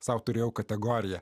sau turėjau kategoriją